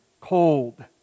cold